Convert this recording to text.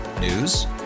News